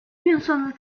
运算